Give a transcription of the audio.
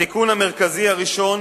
התיקון המרכזי הראשון